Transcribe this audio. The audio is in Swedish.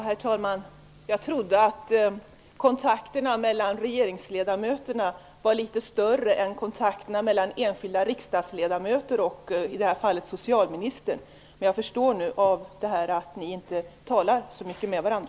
Herr talman! Jag trodde att kontakterna mellan regeringsledamöterna var litet bättre än kontakterna mellan enskilda riksdagsledamöter och i det här fallet socialministern. Av detta förstår jag att ni inte talar så mycket med varandra.